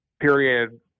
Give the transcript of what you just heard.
period